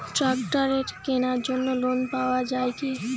ট্রাক্টরের কেনার জন্য লোন পাওয়া যায় কি?